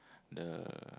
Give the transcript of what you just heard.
the